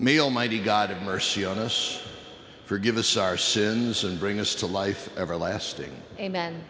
male mighty god of mercy on us forgive us our sins and bring us to life everlasting amen